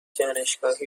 دانشگاهی